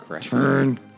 turn